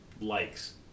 likes